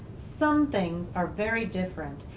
some things are very different.